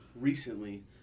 recently